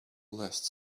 last